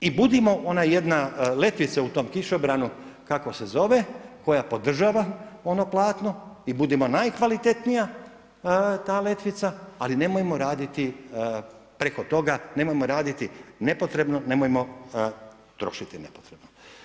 I budimo ona jedna letvica u tom kišobranu, kako se zove, koje podržava ono platno i budimo najkvalitetnija ta letvica, ali nemojmo raditi preko toga, nemojmo raditi nepotrebno, nemojmo trošiti nepotrebno.